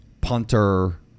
punter